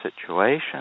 situation